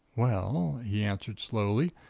well, he answered slowly,